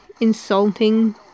insulting